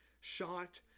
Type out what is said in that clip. shot